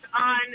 on